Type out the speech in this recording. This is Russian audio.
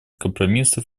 компромиссов